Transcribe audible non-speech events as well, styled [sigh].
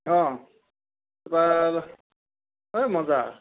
অঁ [unintelligible] এই মজা